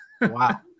wow